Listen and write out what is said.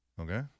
Okay